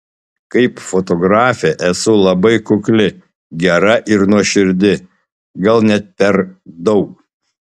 kaip fotografė esu labai kukli gera ir nuoširdi gal net per daug